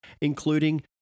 including